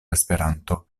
esperanto